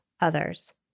others